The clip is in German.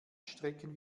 strecken